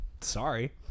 Sorry